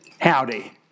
Howdy